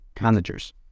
managers